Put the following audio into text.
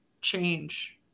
change